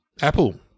Apple